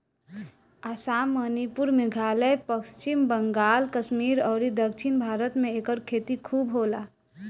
आसाम, मणिपुर, मेघालय, पश्चिम बंगाल, कश्मीर अउरी दक्षिण भारत में एकर खेती खूब होला